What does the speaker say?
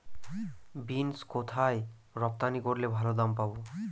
Beans কোথায় রপ্তানি করলে ভালো দাম পাব?